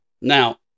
Now